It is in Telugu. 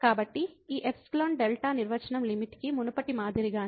కాబట్టి ఈ ఎప్సిలాన్ డెల్టా నిర్వచనం లిమిట్ కి మునుపటి మాదిరిగానే ఉంటుంది